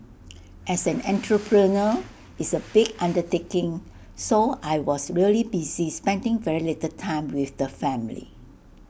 as an entrepreneur it's A big undertaking so I was really busy spending very little time with the family